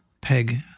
peg